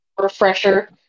refresher